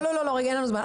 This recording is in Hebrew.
לא, אין לנו זמן.